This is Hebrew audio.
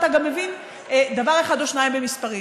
אתה גם מבין דבר אחד או שניים במספרים,